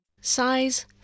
Size